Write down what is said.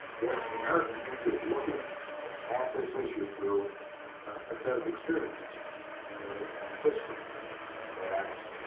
the african-american community is looking at this issue through a set of experiences and ah and a history that